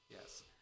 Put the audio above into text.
Yes